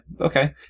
Okay